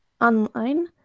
online